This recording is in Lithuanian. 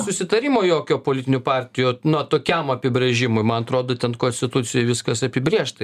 susitarimo jokio politinių partijų na tokiam apibrėžimui man atrodo ten konstitucijoj viskas apibrėžta